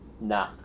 Nah